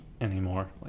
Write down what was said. anymore